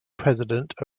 president